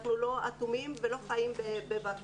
אנחנו לא אטומים ולא חיים בוואקום.